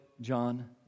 John